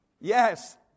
Yes